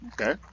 Okay